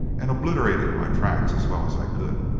and obliterated my tracks as well as i could,